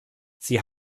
sie